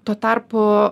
tuo tarpu